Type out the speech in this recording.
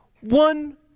one